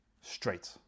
straight